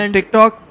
TikTok